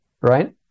right